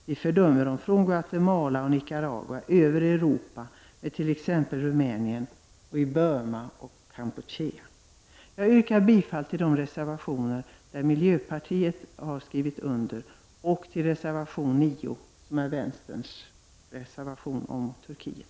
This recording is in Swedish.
Vi fördömer brotten i Guatemala, i Nicaragua, i Europa med exempelvis Rumänien, i Burma och i Kampuchea. Jag yrkar bifall till de reservationer som miljöpartiet de gröna har skrivit under och till reservation nr 9 som är vänsterpartiets reservation om Turkiet.